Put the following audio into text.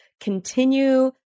continue